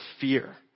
fear